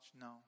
No